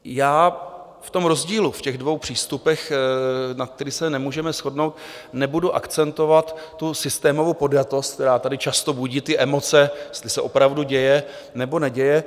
Já v rozdílu v těch dvou přístupech, na kterých se nemůžeme shodnout, nebudu akcentovat systémovou podjatost, která tady často budí emoce, jestli se opravdu děje, nebo neděje.